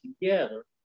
together